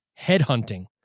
headhunting